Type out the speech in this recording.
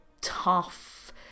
tough